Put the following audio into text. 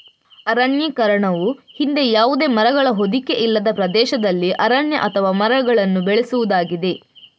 ಅರಣ್ಯೀಕರಣವು ಹಿಂದೆ ಯಾವುದೇ ಮರಗಳ ಹೊದಿಕೆ ಇಲ್ಲದ ಪ್ರದೇಶದಲ್ಲಿ ಅರಣ್ಯ ಅಥವಾ ಮರಗಳನ್ನು ಬೆಳೆಸುವುದಾಗಿದೆ